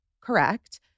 correct